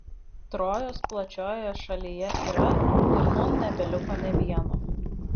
trojos plačiojoje šalyje yra ir nūn nebeliko nė vieno